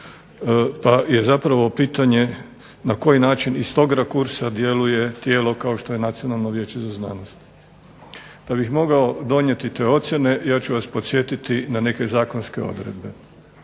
pa je zapravo pitanje na koji način iz tog rakursa djeluje tijelo kao što je Nacionalno vijeće za znanost. Da bih mogao donijeti te ocjene ja ću vas podsjetiti na neke zakonske odredbe.